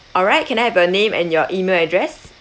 alright can I have your name and your email address